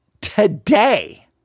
today